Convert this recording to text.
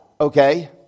okay